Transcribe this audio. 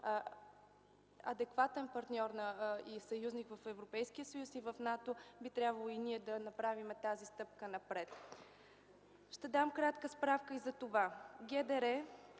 адекватен партньор и съюзник в Европейския съюз и в НАТО, би трябвало и ние да направим тази стъпка напред. Ще дам кратка справка и за това